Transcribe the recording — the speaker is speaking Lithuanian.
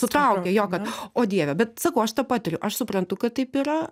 sutraukia jo kad o dieve bet sakau aš tą patiriu aš suprantu kad taip yra